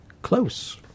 Close